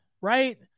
right